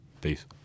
Peace